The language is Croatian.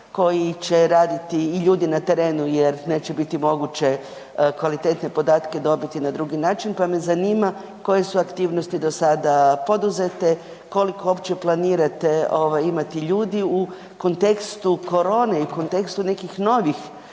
koji će raditi i ljudi na terenu jer neće biti moguće kvalitetne podatke dobiti na drugi način, pa me zanima koje su aktivnosti do sada poduzete, koliko opće planirate ovaj imati ljudi u kontekstu korone i u kontekstu nekih novih,